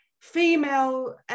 female